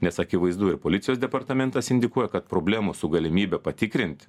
nes akivaizdu ir policijos departamentas indikuoja kad problemų su galimybe patikrint